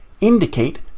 indicate